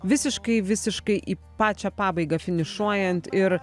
visiškai visiškai į pačią pabaigą finišuojant ir